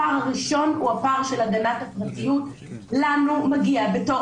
הפער הראשון הוא הפער של הגנת הפרטיות לנו מגיע בתור